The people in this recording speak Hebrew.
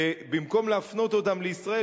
ובמקום להפנות אותם לישראל,